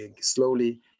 slowly